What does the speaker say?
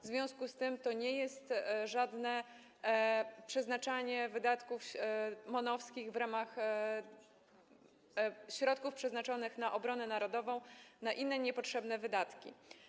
W związku z tym to nie jest żadne przeznaczanie wydatków MON-owskich w ramach środków przeznaczonych na obronę narodową na inne niepotrzebne wydatki.